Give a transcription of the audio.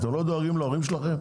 אתם לא דואגים להורים שלכם?